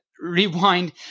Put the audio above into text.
rewind